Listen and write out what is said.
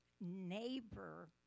neighbor